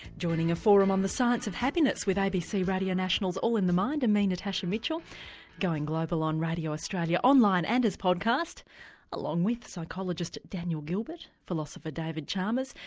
joining a forum on the science of happiness with abc radio national's all in the mind and me natasha mitchell going global on radio australia, online and as podcast along with psychologist daniel gilbert, philosopher david chalmers,